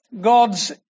God's